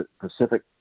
Pacific